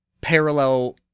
parallel